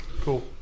Cool